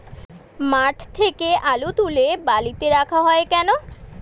মাঠ থেকে আলু তুলে বালিতে রাখা হয় কেন?